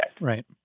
Right